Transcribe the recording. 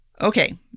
okay